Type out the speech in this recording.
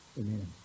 Amen